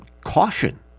caution